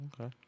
okay